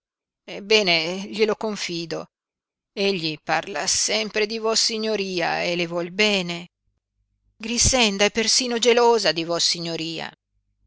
ebbene glielo confido egli parla sempre di vossignoria e le vuol bene grixenda è persino gelosa di vossignoria